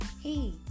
Hey